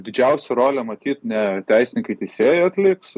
didžiausią rolę matyt ne teisininkai teisėjai atliks